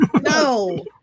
No